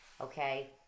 Okay